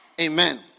Amen